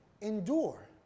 Endure